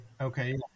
Okay